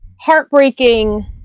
heartbreaking